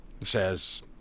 says